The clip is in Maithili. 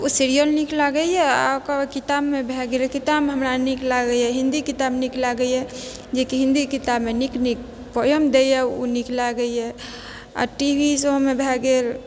ओ सीरियल नीक लागैया आओर ओकरबाद किताबमे भए गेल किताबमे हमरा नीक लागैया हिन्दी किताब नीक लागैया जेकी हिन्दी किताबमे नीक नीक पोएम दैया ओ नीक लागैया आओर टी वी सबमे भए गेल